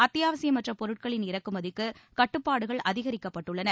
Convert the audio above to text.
அத்தியாவசியமற்ற பொருட்களின் இறக்குமதிக்கு கட்டுப்பாடுகள் அதிகரிக்கப்பட்டுள்ளன